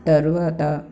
తరువాత